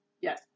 yes